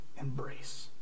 embrace